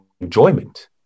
enjoyment